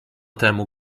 temu